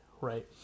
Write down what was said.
right